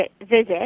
visit